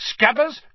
Scabbers